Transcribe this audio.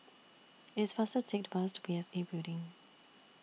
IT IS faster to Take The Bus P S A Building